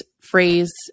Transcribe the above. phrase